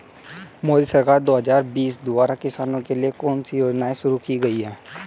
मोदी सरकार दो हज़ार बीस द्वारा किसानों के लिए कौन सी योजनाएं शुरू की गई हैं?